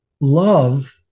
love